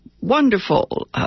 wonderful